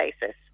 basis